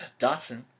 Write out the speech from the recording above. Dotson